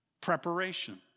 Preparation